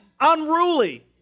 unruly